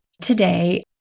today